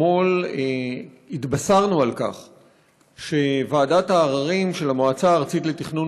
אתמול התבשרנו שוועדת העררים של המועצה הארצית לתכנון